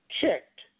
checked